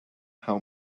how